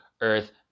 Earth